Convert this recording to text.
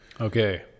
Okay